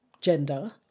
gender